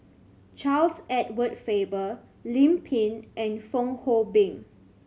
Charles Edward Faber Lim Pin and Fong Hoe Beng